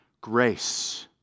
grace